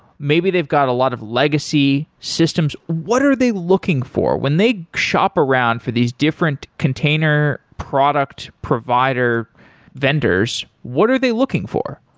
maybe they've got a lot of legacy systems. what are they looking for? when they shop around for these different container product provider vendors, what are they looking for?